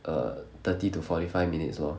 err thirty to forty five minutes lor